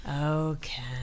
Okay